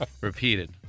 repeated